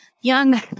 young